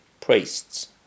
priests